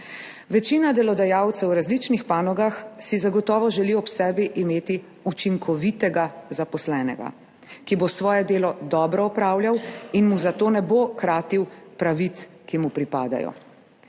Večina delodajalcev v različnih panogah si zagotovo želi ob sebi imeti učinkovitega zaposlenega, ki bo svoje delo dobro opravljal in mu zato ne bo kratil pravic, ki mu pripadajo.